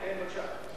כן, בבקשה.